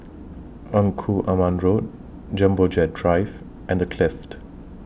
Engku Aman Road Jumbo Jet Drive and The Clift